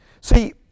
See